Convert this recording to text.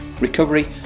recovery